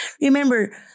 Remember